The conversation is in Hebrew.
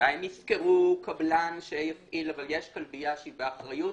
--- אולי נזכרו קבלן אבל יש כלבייה שהיא באחריות